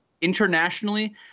internationally